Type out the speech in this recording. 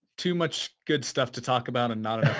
too much good stuff to talk about and not enough